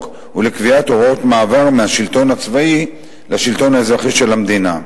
ולקביעת הוראות מעבר מהשלטון הצבאי לשלטון האזרחי של המדינה.